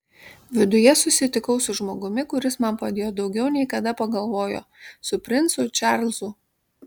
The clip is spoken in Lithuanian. viduje susitikau su žmogumi kuris man padėjo daugiau nei kada pagalvojo su princu čarlzu